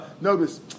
notice